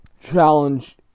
Challenge